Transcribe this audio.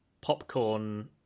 popcorn